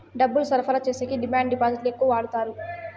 డబ్బులు సరఫరా చేసేకి డిమాండ్ డిపాజిట్లు ఎక్కువ వాడుతారు